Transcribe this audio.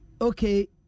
Okay